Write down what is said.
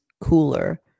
cooler